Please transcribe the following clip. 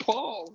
Paul